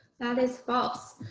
that is false.